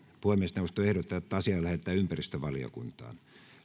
puhemiesneuvosto ehdottaa että asia lähetetään ympäristövaliokuntaan